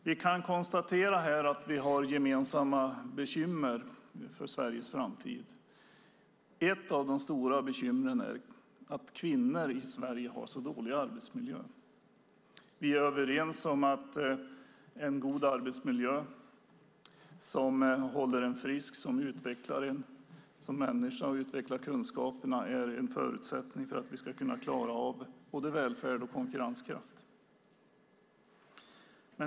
Vi kan konstatera att vi har gemensamma bekymmer när det gäller Sveriges framtid. Ett av de stora bekymren är att kvinnor i Sverige har så dålig arbetsmiljö. Vi är överens om att en god arbetsmiljö som håller en frisk och utvecklar en som människa samt utvecklar kunskaperna är en förutsättning för att vi ska klara av både välfärd och konkurrenskraft.